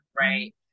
right